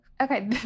Okay